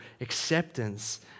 acceptance